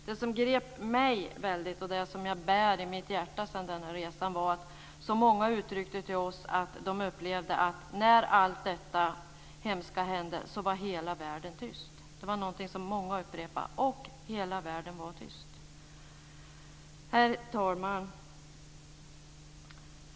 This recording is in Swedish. Det som grep mig väldigt, och som jag bär i mitt hjärta sedan denna resa, är att många uttryckte till oss att de upplevde att när allt detta hemska hände var hela världen tyst. Det var någonting som många upprepade: Och hela världen var tyst. Herr talman!